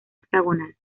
hexagonal